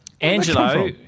Angelo